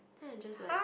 then I just like